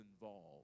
involved